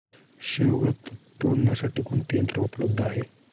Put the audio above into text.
शेवगा तोडण्यासाठी कोणते यंत्र उपलब्ध आहे?